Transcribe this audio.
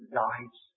lives